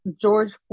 George